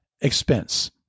expense